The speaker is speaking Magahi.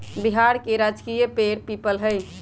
बिहार के राजकीय पेड़ पीपल हई